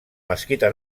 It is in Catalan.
mesquita